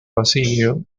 basilio